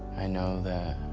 i know that